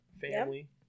family